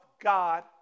God